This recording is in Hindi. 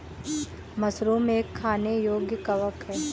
मशरूम एक खाने योग्य कवक है